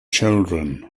children